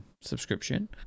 subscription